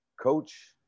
coach